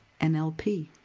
NLP